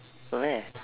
where